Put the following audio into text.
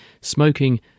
smoking